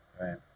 right